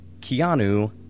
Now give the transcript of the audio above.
Keanu